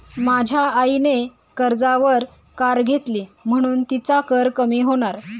माझ्या आईने कर्जावर कार घेतली म्हणुन तिचा कर कमी होणार